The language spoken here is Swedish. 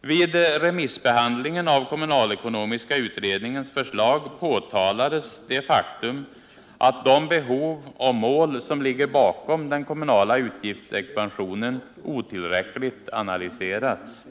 Vid remissbehandlingen av kommunalekonomiska utredningens förslag påtalades det faktum att de behov och mål som ligger bakom den kommunala utgiftsexpansionen otillräckligt analyserats.